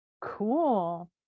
Cool